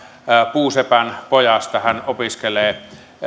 puusepän pojasta hän opiskelee